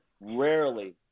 rarely